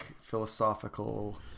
philosophical